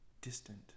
distant